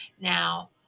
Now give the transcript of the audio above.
now